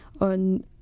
on